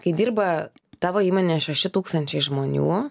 kai dirba tavo įmonė šeši tūkstančiai žmonių